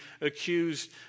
accused